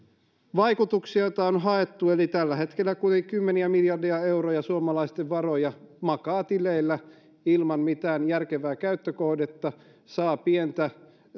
vaikutuksia joita on haettu eli tällä hetkellä kuitenkin kymmeniä miljardeja euroja suomalaisten varoja makaa tileillä ilman mitään järkevää käyttökohdetta saa pientä